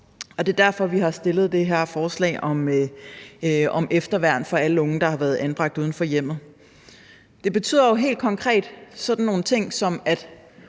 det er derfor, vi har fremsat forslag om efterværn for alle unge, der har været anbragt uden for hjemmet. Det betyder jo helt konkret sådan nogle ting, som at